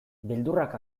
beldurrak